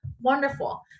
wonderful